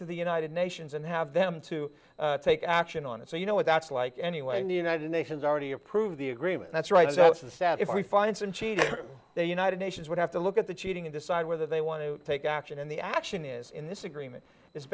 to the united nations and have them to take action on it so you know what that's like anyway in the united nations already approved the agreement that's right so it's the sat if we find some cheating the united nations would have to look at the cheating and decide whether they want to take action and the action is in this agreement i